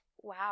wow